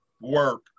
work